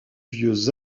vieux